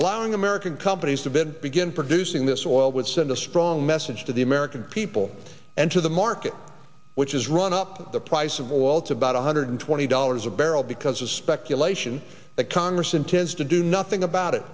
allowing american companies to bend begin producing this oil would send a strong message to the american people enter the market which has run up the price of oil to about one hundred twenty dollars a barrel because of speculation that congress intends to do nothing about it